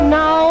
Now